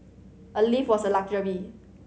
a lift was a luxury